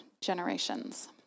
generations